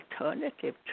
alternative